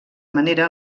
manera